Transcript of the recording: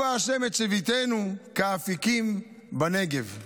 "שובה ה' את שביתנו כאפיקים בנגב".